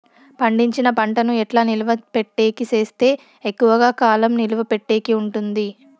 పండించిన పంట ను ఎట్లా నిలువ పెట్టేకి సేస్తే ఎక్కువగా కాలం నిలువ పెట్టేకి ఉంటుంది?